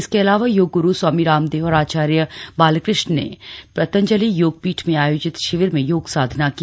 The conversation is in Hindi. इसके अलावा योग गुरु स्वामी रामदेव और आचार्य बालकृष्ण ने पतंजलि योग पीठ में आयोजित शिविर में योग साधना की